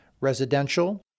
residential